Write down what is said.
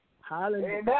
Hallelujah